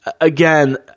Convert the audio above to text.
again